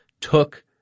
took